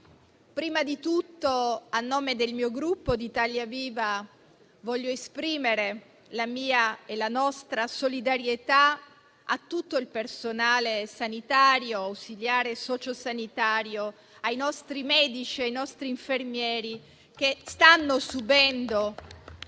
prima di tutto, a nome del mio Gruppo Italia Viva, voglio esprimere la mia e la nostra solidarietà a tutto il personale sanitario e ausiliario sociosanitario, ai nostri medici, ai nostri infermieri, che stanno subendo